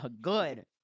good